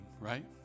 right